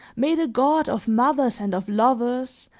may the god of mothers and of lovers,